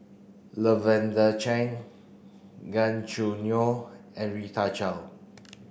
Lavender Chang Gan Choo Neo and Rita Chao